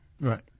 Right